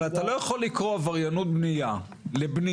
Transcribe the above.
אבל אתה לא יכול לקרוא עבריינות בנייה לבנייה